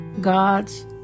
God's